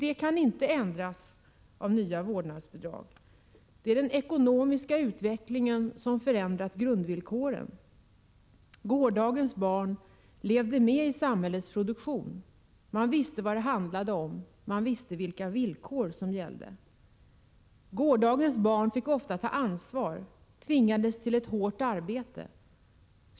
Detta kan inte ändras av nya vårdnadsbidrag. Det är den ekonomiska utvecklingen som har förändrat grundvillkoren. Gårdagens barn levde med i samhällets produktion. Man visste vad det handlade om. Man visste vilka villkor som gällde. Gårdagens barn fick ofta ta ansvar. De tvingades till hårt arbete.